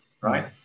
Right